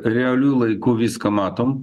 realiu laiku viską matom